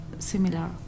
Similar